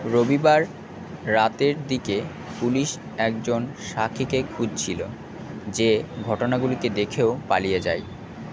রবিবার রাতের দিকে পুলিশ একজন সাক্ষীকে খুঁজছিলো যে ঘটনাগুলিকে দেখেও পালিয়ে যায়